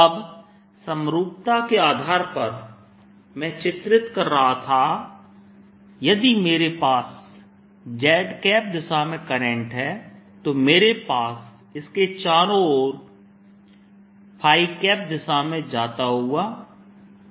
अब समरूपता के आधार पर मैं चित्रित कर रहा था यदि मेरे पास z दिशा में करंट है तो मेरे पास इसके चारों ओर दिशा में जाता हुआ B है